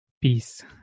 peace